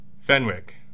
Fenwick